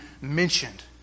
mentioned